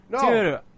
Dude